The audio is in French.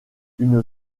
une